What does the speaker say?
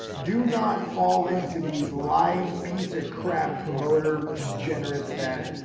do not fall into these lying piece of crap, promoter degenerates, that,